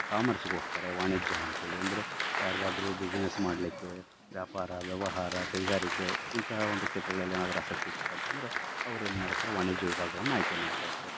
ಕಾಮರ್ಸಿಗೆ ಹೋಗ್ತಾರೆ ವಾಣಿಜ್ಯ ಅಂತ್ಹೇಳಿ ಅಂದರೆ ಯಾರಿಗಾದ್ರು ಬಿಸಿನೆಸ್ ಮಾಡಲಿಕ್ಕೆ ವ್ಯಾಪಾರ ವ್ಯವಹಾರ ಕೈಗಾರಿಕೆ ಇಂತಹ ಒಂದು ಕ್ಷೇತ್ರಗಳಲ್ಲಿ ಎನಾದರು ಆಸಕ್ತಿ ಇತ್ಪ ಅಂತ ಅಂದರೆ ಅವ್ರು ಏನು ಮಾಡ್ತಾರೆ ವಾಣಿಜ್ಯ ವಿಭಾಗವನ್ನ ಆಯ್ಕೆ ಮಾಡ್ಕಳ್ತಾರೆ